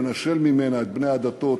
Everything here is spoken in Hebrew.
לנשל ממנה את בני הדתות,